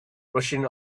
rushing